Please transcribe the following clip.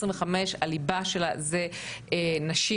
הליבה שלה זה נשים,